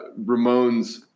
Ramones